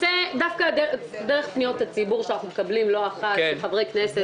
דווקא דרך פניות הציבור שאנחנו מקבלים לא אחת כחברי כנסת,